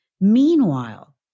Meanwhile